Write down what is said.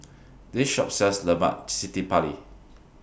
This Shop sells Lemak Cili Padi